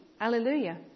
hallelujah